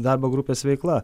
darbo grupės veikla